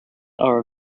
are